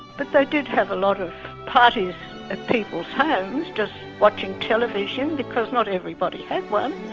but they did have a lot of parties at people's homes, just watching television, because not everybody had one.